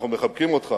אנחנו מחבקים אותך,